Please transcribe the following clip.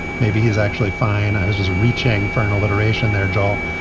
maybe he's actually fine. i was just reaching for an alliteration there, jol.